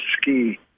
ski